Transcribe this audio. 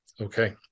Okay